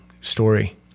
story